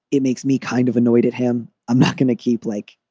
it makes me kind of annoyed at him, i'm not going to keep, like,